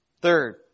Third